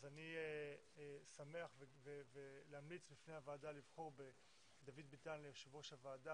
אני שמח להמליץ בפני הוועדה לבחור בדוד ביטן ליושב-ראש הוועדה.